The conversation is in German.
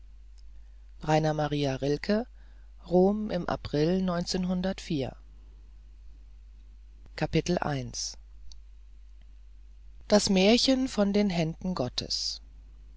rainer maria rilke rom im april das märchen von den händen gottes